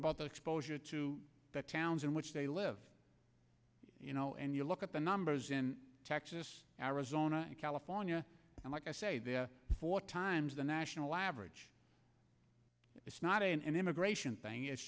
about the exposure to the towns in which they live you know and you look at the numbers in texas arizona and california and like i say the four times the national average it's not an immigration thing it's